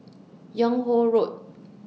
Yung Ho Road